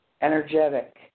energetic